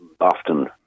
often